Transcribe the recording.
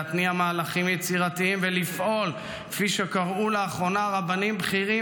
להתניע מהלכים יצירתיים ולפעול כפי שקראו לאחרונה רבנים בכירים,